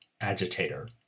agitator